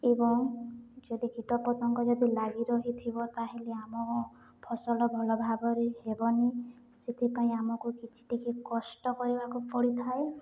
ଏବଂ ଯଦି କୀଟପତଙ୍ଗ ଯଦି ଲାଗି ରହିଥିବ ତାହେଲେ ଆମ ଫସଲ ଭଲ ଭାବରେ ହେବନି ସେଥିପାଇଁ ଆମକୁ କିଛି ଟିକେ କଷ୍ଟ କରିବାକୁ ପଡ଼ିଥାଏ